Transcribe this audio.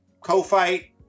co-fight